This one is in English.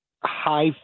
high